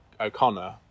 O'Connor